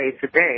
today